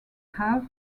have